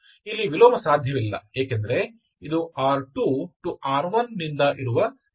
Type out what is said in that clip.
ಇಲ್ಲಿ ವಿಲೋಮ ಸಾಧ್ಯವಿಲ್ಲ ಏಕೆಂದರೆ ಇದು R2R1 ನಿಂದ ಇರುವ ಸಂಬಂಧವಾಗಿದೆ